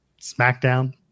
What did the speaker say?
smackdown